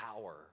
power